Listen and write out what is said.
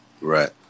right